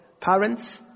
Parents